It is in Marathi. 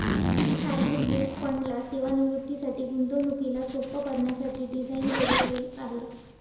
टार्गेट डेट फंड ला सेवानिवृत्तीसाठी, गुंतवणुकीला सोप्प करण्यासाठी डिझाईन केल गेल आहे